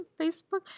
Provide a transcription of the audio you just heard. Facebook